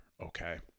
okay